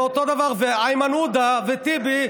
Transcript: ואיימן עודה וטיבי,